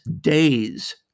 days